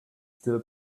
still